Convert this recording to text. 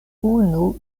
unu